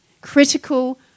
critical